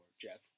Jeff